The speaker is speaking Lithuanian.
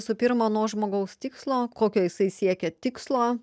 visų pirma nuo žmogaus tikslo kokio jisai siekia tikslo